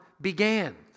began